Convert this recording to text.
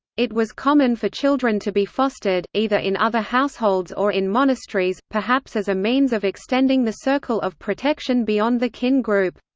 it was common for children to be fostered, either in other households or in monasteries, perhaps as a means of extending the circle of protection beyond the kin group.